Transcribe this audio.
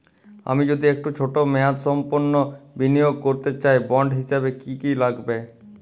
আমি যদি একটু ছোট মেয়াদসম্পন্ন বিনিয়োগ করতে চাই বন্ড হিসেবে কী কী লাগবে?